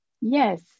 Yes